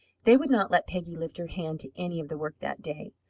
they would not let peggy lift her hand to any of the work that day.